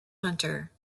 hunter